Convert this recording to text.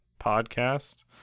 podcast